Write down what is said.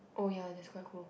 oh ya that's quite cool